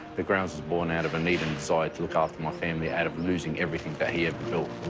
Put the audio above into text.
the grounds is born out of a need and desire to look after my family out of losing everything that he had built.